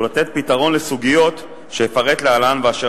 ולתת פתרון לסוגיות שאפרט להלן ואשר